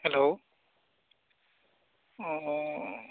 hello औ औ